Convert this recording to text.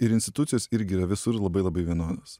ir institucijos irgi yra visur labai labai vienodos